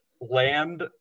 land